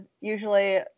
usually